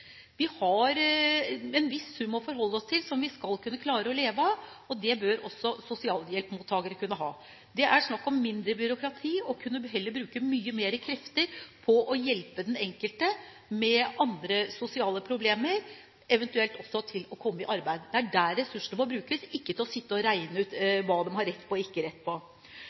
Vi har en viss sum å forholde oss til, som vi skal kunne klare å leve av. Det bør også sosialhjelpsmottakere kunne ha. Det er snakk om mindre byråkrati, og man kunne heller bruke mye mer krefter på å hjelpe den enkelte med andre sosiale problemer, eventuelt med å komme i arbeid. Det er der ressursene må brukes, ikke til å sitte og regne ut hva de har rett på, og hva de ikke har rett på.